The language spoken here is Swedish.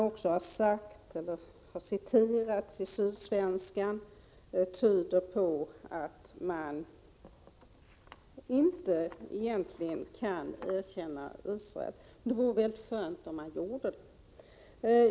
Uttalanden av Arafat som har citerats i Sydsvenska Dagbladet tyder på att organisationen egentligen inte kan erkänna Israel. Jag tycker att det vore skönt om så skedde.